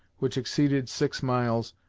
which exceeded six miles,